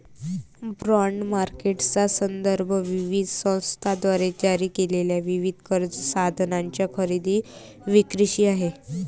bond मार्केटचा संदर्भ विविध संस्थांद्वारे जारी केलेल्या विविध कर्ज साधनांच्या खरेदी विक्रीशी आहे